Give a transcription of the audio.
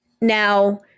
Now